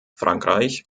frankreich